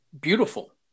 beautiful